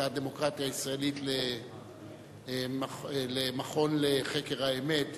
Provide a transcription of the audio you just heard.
הדמוקרטיה הישראלית למכון לחקר האמת